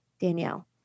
Danielle